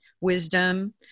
wisdom